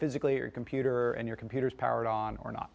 physically or computer and your computers powered on or not